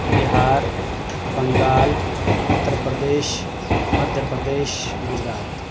Bihar Bengal Uttar Pradesh Madhya Pradesh Gujarat